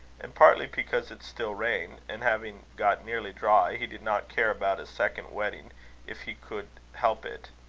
and partly because it still rained, and, having got nearly dry, he did not care about a second wetting if he could help it,